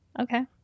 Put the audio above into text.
Okay